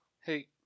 Hey